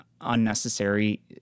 unnecessary